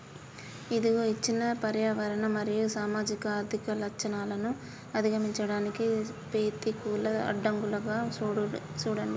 ఇదిగో ఇచ్చిన పర్యావరణ మరియు సామాజిక ఆర్థిక లచ్చణాలను అధిగమించడానికి పెతికూల అడ్డంకులుగా సూడండి